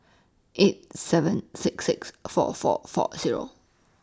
eight seven six six four four four Zero